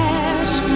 ask